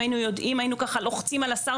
אם היינו יודעים היינו לוחצים על השר